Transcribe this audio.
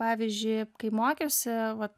pavyzdžiui kai mokiausi vat